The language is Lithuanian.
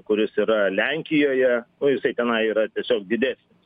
kuris yra lenkijoje nu jisai tenai yra tiesiog didesnis